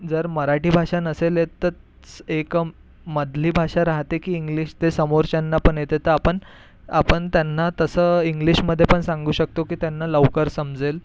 जर मराठी भाषा नसेल येत तर एक म मधली भाषा राहते की इंग्लिश ते समोरच्यांनापण येते तर आपण आपण त्यांना तसं इंग्लिशमध्ये पण सांगू शकतो की त्यांना लवकर समजेल